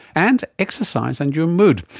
and exercise and your mood.